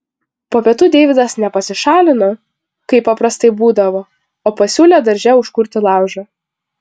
po pietų deividas ne pasišalino kaip paprastai būdavo o pasiūlė darže užkurti laužą